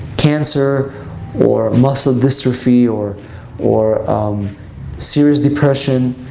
cancer or muscle dystrophy or or serious depression,